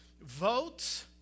Vote